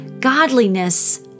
godliness